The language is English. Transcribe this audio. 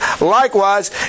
likewise